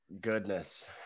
goodness